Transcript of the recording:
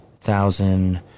thousand